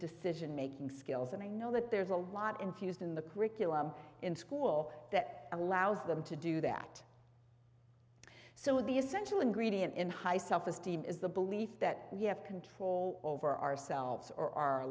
decision making skills and i know that there's a lot infused in the curriculum in school that allows them to do that so the essential ingredient in high self esteem is the belief that we have control over ourselves or our